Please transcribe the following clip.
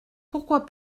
pourquoi